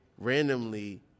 randomly